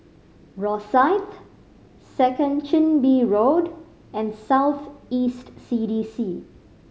Rosyth Second Chin Bee Road and South East C D C